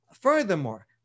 Furthermore